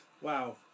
wow